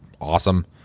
awesome